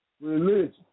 religion